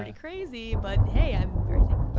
and crazy but hey, i'm very thankful.